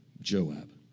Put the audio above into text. Joab